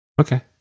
Okay